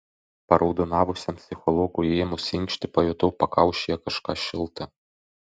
paraudonavusiam psichologui ėmus inkšti pajutau pakaušyje kažką šilta